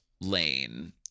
lane